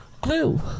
glue